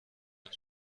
ein